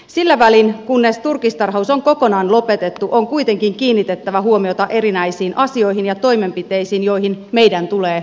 sillä välin kunnes turkistarhaus on kokonaan lopetettu on kuitenkin kiinnitettävä huomiota erinäisiin asioihin ja toimenpiteisiin joihin meidän tulee ryhtyä